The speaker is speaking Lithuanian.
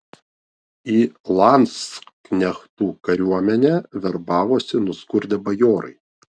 į landsknechtų kariuomenę verbavosi nuskurdę bajorai